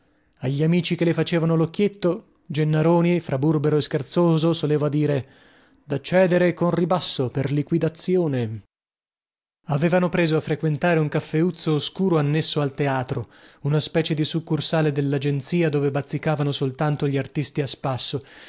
agli amici che le facevano locchietto gennaroni fra burbero e scherzoso soleva dire da cedere con ribasso per liquidazione avevano preso a frequentare un caffeuzzo oscuro annesso al teatro una specie di succursale dellagenzia dove bazzicavano soltanto gli artisti a spasso